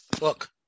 Look